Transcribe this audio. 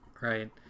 right